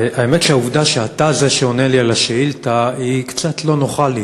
האמת היא שהעובדה שאתה זה שעונה לי על השאילתה היא קצת לא נוחה לי,